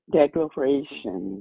declaration